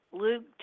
Luke